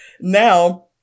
now